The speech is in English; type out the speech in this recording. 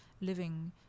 living